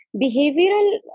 behavioral